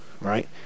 right